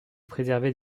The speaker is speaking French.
préservée